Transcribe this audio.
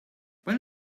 when